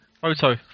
Photo